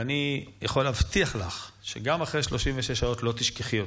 ואני יכול להבטיח לך שגם אחרי 36 שעות לא תשכחי אותם.